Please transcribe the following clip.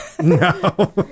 No